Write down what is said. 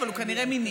אבל הוא כנראה מיני.